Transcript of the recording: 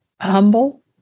humble